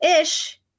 Ish